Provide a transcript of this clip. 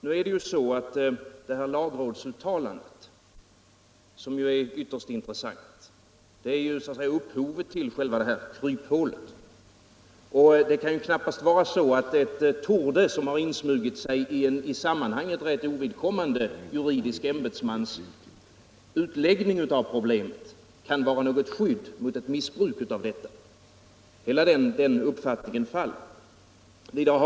Lagrådets uttalande, som är ytterst intressant, är ju upphovet till själva kryphålet. Det kan knappast vara så att ett ”torde” som insmugit sig ien i sammanhanget rätt ovidkommande juridisk ämbetsmans utläggning om problemet kan vara något skydd mot ett missbruk av detta. Hela den uppfattningen faller.